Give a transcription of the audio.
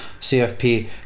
CFP